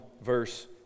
verse